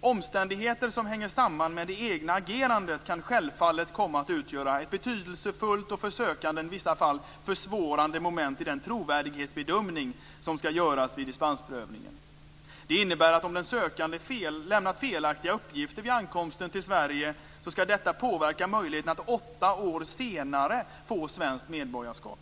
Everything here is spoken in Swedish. Omständigheter som hänger samman med det egna agerandet kan självfallet komma att utgöra ett betydelsefullt och för sökanden i vissa fall försvårande moment i den trovärdighetsbedömning som skall göras vid dispensprövningen. Det innebär att om den sökande lämnat felaktiga uppgifter vid ankomsten till Sverige skall detta påverka möjligheten att åtta år senare få svenskt medborgarskap.